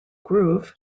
groove